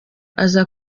aza